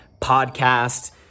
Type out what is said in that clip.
podcast